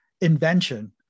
invention